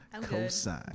Cosine